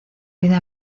vida